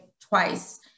twice